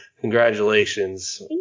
Congratulations